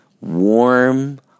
warm